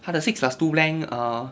他的 six plus two blank err